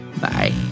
bye